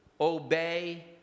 obey